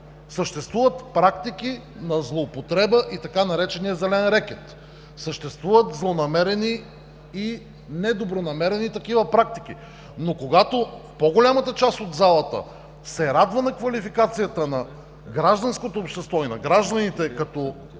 Съществуват практики на злоупотреба и така нареченият „зелен рекет“. Съществуват злонамерени и недобронамерени такива практики, но когато по-голямата част от залата се радва на квалификацията на гражданското общество и на гражданите като